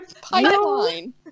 PIPELINE